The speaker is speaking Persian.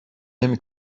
نمی